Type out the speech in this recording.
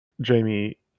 Jamie